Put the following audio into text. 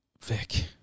Vic